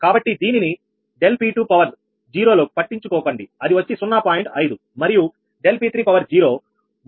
కాబట్టి దీనిని ∆P20లో పట్టించుకోకండి అది వచ్చి 0